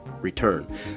return